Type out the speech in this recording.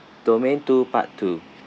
domain two part two